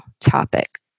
topic